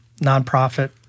nonprofit